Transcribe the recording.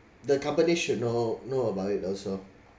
the company should know know about it also